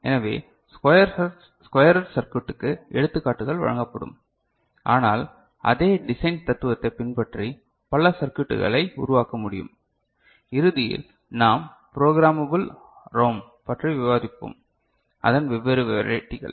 எனவே ஸ்குயரர் சர்க்யூட்டுக்கு எடுத்துக்காட்டுகள் வழங்கப்படும் ஆனால் அதே டிசைன் தத்துவத்தைப் பின்பற்றி பல சர்க்யூட்களை உருவாக்க முடியும் இறுதியில் நாம் ப்ரோக்ராமபள் ROM பற்றி விவாதிப்போம் அதன் வெவ்வேறு வெரைட்டிகள்